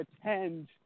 attend